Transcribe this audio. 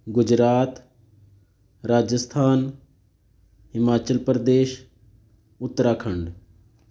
Gujarat Rajasthan Himachal Pradesh Uttarakhand